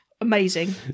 Amazing